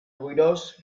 boirós